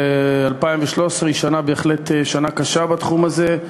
ו-2013 היא בהחלט שנה קשה בתחום הזה.